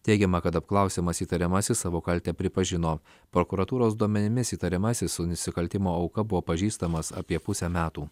teigiama kad apklausiamas įtariamasis savo kaltę pripažino prokuratūros duomenimis įtariamasis su nusikaltimo auka buvo pažįstamas apie pusę metų